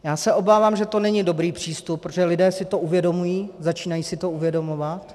Já se obávám, že to není dobrý přístup, protože lidé si to uvědomují, začínají si to uvědomovat.